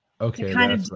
Okay